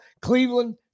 Cleveland